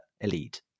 elite